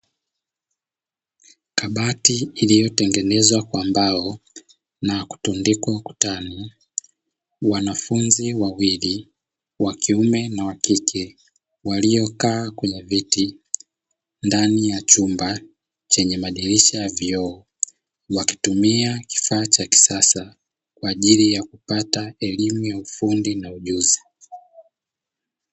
Kabati iliyotengenezwa kwa mbao na kutundikwa ukutani; wanafunzi wawili wakiume na wakike waliokaa kwenye viti ndani ya chumba chenye madirisha ya vioo, wakitumia kifaa cha kisasa kwa ajili ya kupata elimu ya ufundi na ujuzi.